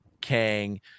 Kang